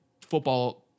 football